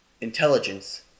intelligence